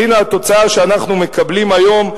אז הנה התוצאה שאנחנו מקבלים היום,